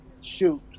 shoot